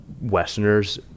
Westerners